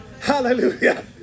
Hallelujah